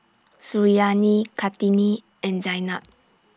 Suriani Kartini and Zaynab